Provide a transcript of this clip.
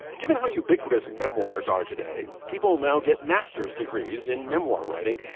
given how ubiquitous memoirs are today, people now get masters degrees in memoir writing.